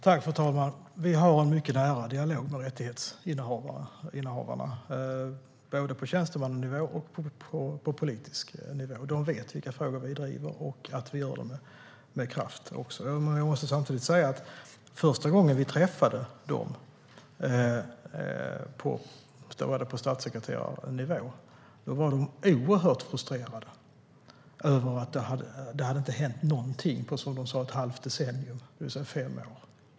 Fru talman! Vi har en mycket nära dialog med rättighetsinnehavarna, både på tjänstemannanivå och på politisk nivå. De vet vilka frågor vi driver och att vi gör det med kraft. Jag måste samtidigt säga att första gången vi träffade dem - då var det på statssekreterarnivå - var de oerhört frustrerade över att det inte hade hänt någonting på, som de sa, ett halvt decennium, det vill säga fem år.